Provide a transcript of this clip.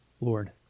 Lord